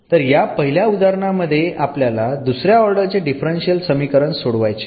तर या पहिल्या उदाहरणांमध्ये आपल्याला दुसऱ्या ऑर्डर चे डिफरन्शियल समीकरण सोडवायचे आहे